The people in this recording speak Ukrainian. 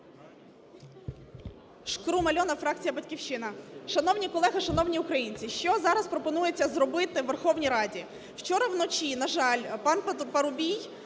Шкрум Альона, фракція "Батьківщина". Шановні колеги, шановні українці, що зараз пропонується зробити Верховній Раді? Вчора вночі, на жаль, пан Парубій